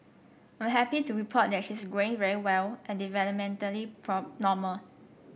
I'm happy to report that she's growing very well and developmentally normal